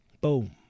Boom